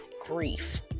grief